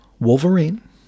Wolverine